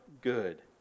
good